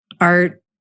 art